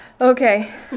Okay